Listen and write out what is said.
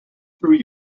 through